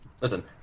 Listen